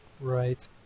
Right